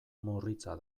murritza